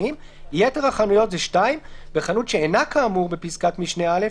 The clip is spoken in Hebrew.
בחנות שאינה כאמורה בפסקת משנה (א)